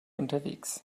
unterwegs